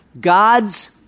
God's